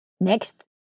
Next